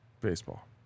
Baseball